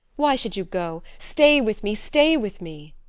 why should you go? stay with me, stay with me.